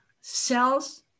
cells